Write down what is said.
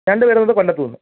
ഞണ്ട് വരുന്നത് കൊല്ലത്തുനിന്ന്